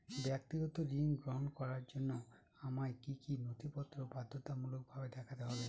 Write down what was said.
ব্যক্তিগত ঋণ গ্রহণ করার জন্য আমায় কি কী নথিপত্র বাধ্যতামূলকভাবে দেখাতে হবে?